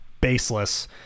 baseless